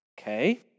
Okay